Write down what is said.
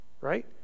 right